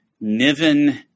Niven